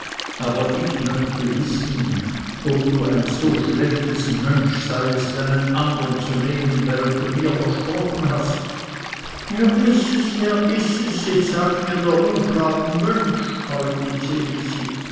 aber ich möchte wissen ob du ein so schlechtes mönsch seiest einen andern zu nehmen während du mir versprochen hast herr yses herr yses jetzt sagt mir noch der uflat mönsch heulte